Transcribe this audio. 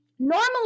Normally